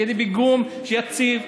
שיהיה לי פיגום יציב,